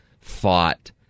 fought